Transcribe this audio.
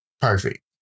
Perfect